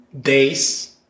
days